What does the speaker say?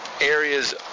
areas –